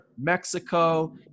Mexico